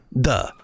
Duh